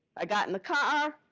i got in the car,